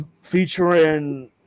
featuring